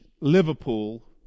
Liverpool